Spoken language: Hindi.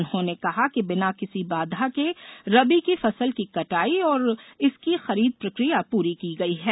उन्होंने कहा कि बिना किसी बाधा के रबी की फसल की कटाई और इसकी खरीद प्रक्रिया पूरी की गई है